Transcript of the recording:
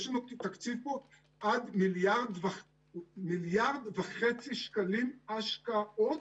יש לנו תקציב פה עד 1.5 מיליארד שקלים השקעות,